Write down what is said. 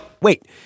Wait